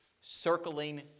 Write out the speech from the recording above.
circling